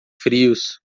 frios